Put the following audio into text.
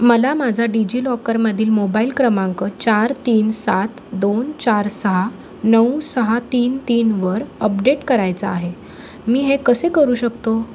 मला माझा डिजिलॉकरमधील मोबाईल क्रमांक चार तीन सात दोन चार सहा नऊ सहा तीन तीनवर अपडेट करायचा आहे मी हे कसे करू शकतो